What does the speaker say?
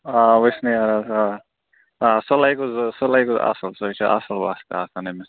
آ وُشنیرَس آ آ سۄ لگوٕ ضروٗرت سۄ لگوٕ اصٕل سۄ چھِ اصٕل بستہٕ آسان أمس